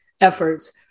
efforts